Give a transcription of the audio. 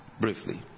briefly